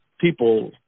people